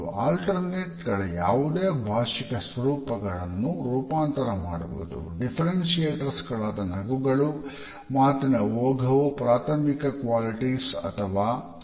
ಅನ್ನು ಒಳಗೊಂಡಿರುತ್ತದೆ